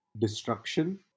destruction